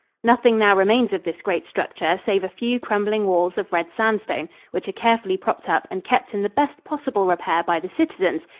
nothing now remains of this great structure save a few crumbling walls of red sandstone, which are carefully propped up and kept in the best possible repair by the citizens,